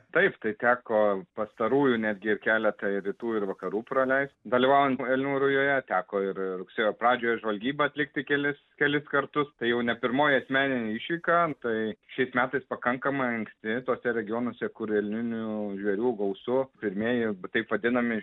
taip tai teko pastarųjų netgi ir keletą ir rytų ir vakarų praleist dalyvaujant elnių rujoje teko ir rugsėjo pradžioje žvalgybą atlikti kelis kelis kartus tai jau ne pirmoji asmeninė išvyka tai šiais metais pakankamai anksti tuose regionuose kur elninių žvėrių gausu pirmieji taip vadinami